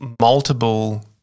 multiple